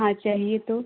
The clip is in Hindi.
हाँ चाहिए तो